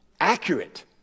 accurate